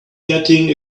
getting